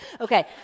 Okay